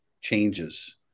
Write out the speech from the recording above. changes